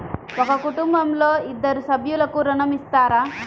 ఒక కుటుంబంలో ఇద్దరు సభ్యులకు ఋణం ఇస్తారా?